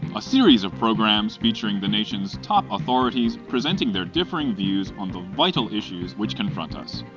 a series of programs featuring the nation's top authorities presenting their differing views on the vital issues which confront us.